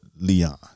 Leon